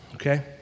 Okay